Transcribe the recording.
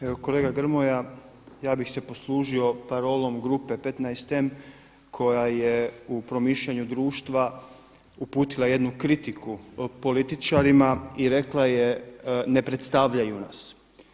Evo kolega Grmoja, ja bih se poslužio parolom grupe 15M koja je u promišljanju društva uputila jednu kritiku političarima i rekla je ne predstavljaju nas.